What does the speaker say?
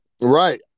Right